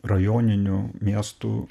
rajoninių miestų